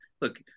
look